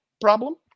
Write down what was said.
problem